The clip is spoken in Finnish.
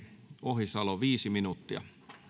ohisalo viisi minuuttia